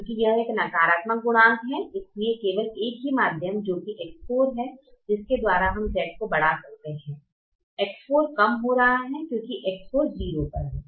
क्योंकि यह एक नकारात्मक गुणांक है इसलिए केवल एक ही माध्यम जो की X4 है जिसके द्वारा हम Z को बढ़ा सकते हैं X4 कम हो रहा है क्योंकि X4 0 पर है